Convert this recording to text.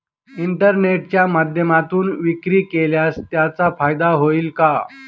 इंटरनेटच्या माध्यमातून विक्री केल्यास त्याचा फायदा होईल का?